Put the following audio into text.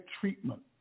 treatment